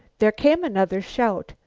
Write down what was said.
there came another shout,